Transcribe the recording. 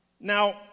Now